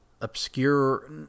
obscure